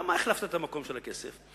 למה החלפת את המקום של הכסף?